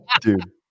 dude